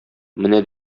менә